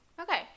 Okay